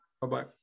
Bye-bye